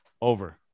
over